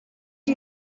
you